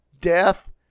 death